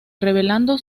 revelando